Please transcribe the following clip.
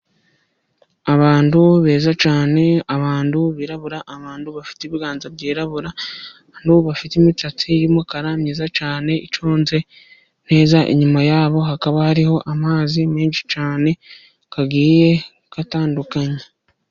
Abantu beza cyane abantu birabura abantu bafite ibiganza byirabura, abantu bafite imisatsi y'umukara myiza cyane iconze neza, inyuma yabo hakaba hariho amazi menshi cyane agiye atandukanye.